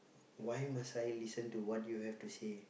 why must I listen to what you have to say